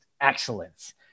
excellence